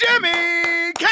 Jimmy